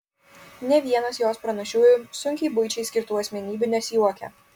nė vienas jos pranašiųjų sunkiai buičiai skirtų asmenybių nesijuokia